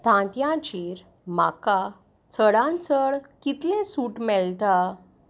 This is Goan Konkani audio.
तांतयांचेर म्हाका चडान चड कितलें सूट मेळटा